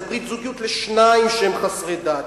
זה ברית זוגיות לשניים שהם חסרי דת.